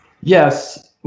Yes